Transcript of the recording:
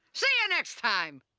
see ya next time!